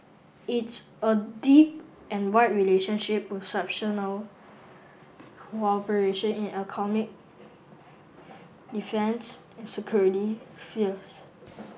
it's a deep and wide relationship with cooperation in economic defence and security spheres